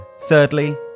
Thirdly